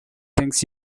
things